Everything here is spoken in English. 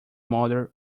mother